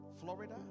Florida